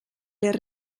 les